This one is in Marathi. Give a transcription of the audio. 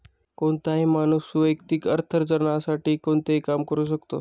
कोणताही माणूस वैयक्तिक अर्थार्जनासाठी कोणतेही काम करू शकतो